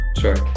Sure